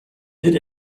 did